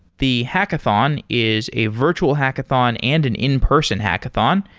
the hackathon is a virtue hackathon and an in-person hackathon.